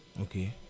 okay